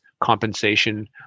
compensation